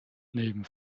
neben